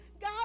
God